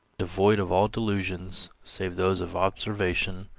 devoid of all delusions save those of observation,